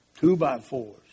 two-by-fours